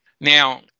Now